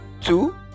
two